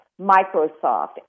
Microsoft